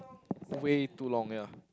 way too long ya